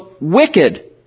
wicked